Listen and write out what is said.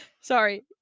Sorry